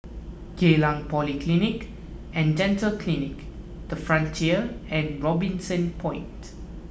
Geylang Polyclinic and Dental Clinic the Frontier and Robinson Point